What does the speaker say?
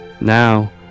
Now